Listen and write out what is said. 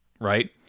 right